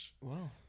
Wow